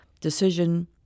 decision